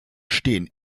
stehen